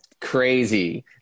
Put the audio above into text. crazy